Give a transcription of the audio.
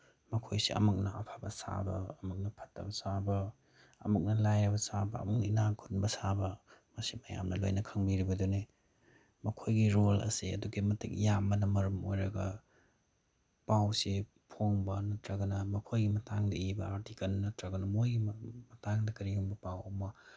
ꯃꯈꯣꯏꯁꯦ ꯑꯃꯨꯛꯅ ꯑꯐꯕ ꯁꯥꯕ ꯑꯃꯨꯛꯅ ꯐꯠꯇꯕ ꯁꯥꯕ ꯑꯃꯨꯛꯅ ꯂꯥꯏꯔꯕ ꯁꯥꯕ ꯑꯃꯨꯛꯅ ꯏꯅꯥꯈꯨꯟꯕ ꯁꯥꯕ ꯃꯁꯤ ꯃꯌꯥꯝꯅ ꯂꯣꯏꯅ ꯈꯪꯕꯤꯔꯤꯕꯗꯨꯅꯤ ꯃꯈꯣꯏꯒꯤ ꯔꯣꯜ ꯑꯁꯤ ꯑꯗꯨꯛꯀꯤ ꯃꯇꯤꯛ ꯌꯥꯝꯕꯅ ꯃꯔꯝ ꯑꯣꯏꯔꯒ ꯄꯥꯎ ꯆꯦ ꯐꯣꯡꯕ ꯅꯠꯇ꯭ꯔꯒꯅ ꯃꯈꯣꯏꯒꯤ ꯃꯇꯥꯡꯗ ꯏꯕ ꯑꯥꯔꯇꯤꯀꯟ ꯅꯠꯇ꯭ꯔꯒꯅ ꯃꯣꯏꯒꯤ ꯃꯇꯥꯡꯗ ꯀꯔꯤꯒꯨꯝꯕ ꯄꯥꯎ ꯑꯃ